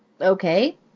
okay